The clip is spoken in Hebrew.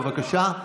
בבקשה.